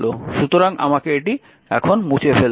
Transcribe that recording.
সুতরাং আমাকে এটি মুছে ফেলতে দিন